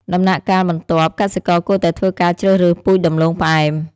ដំណាក់កាលបន្ទាប់ កសិករគួរតែធ្វើការជ្រើសរើសពូជដំឡូងផ្អែម។